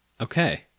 Okay